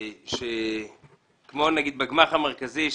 כמו נגיד בגמ"ח המרכזי,